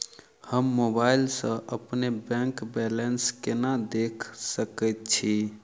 हम मोबाइल सा अपने बैंक बैलेंस केना देख सकैत छी?